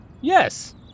Yes